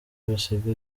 bisiga